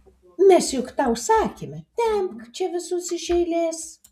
mes juk tau sakėme tempk čia visus iš eilės